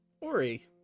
Ori